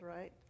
right